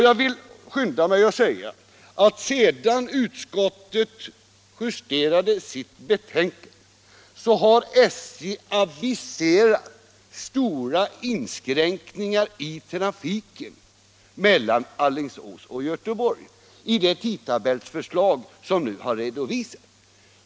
Jag vill skynda mig att säga att sedan utskottet justerat sitt betänkande har SJ aviserat stora inskränkningar i trafiken mellan Alingsås och Göteborg i det tidtabellsförslag som nu har redovisats.